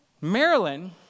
maryland